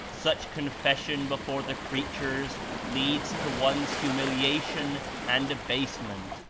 such confession before the creatures leads to one's humiliation and abase ment,